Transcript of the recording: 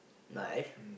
like